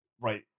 right